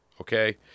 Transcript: okay